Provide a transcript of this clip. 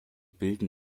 bilden